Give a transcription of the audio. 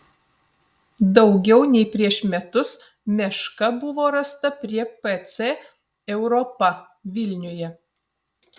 daugiau nei prieš metus meška buvo rasta prie pc europa vilniuje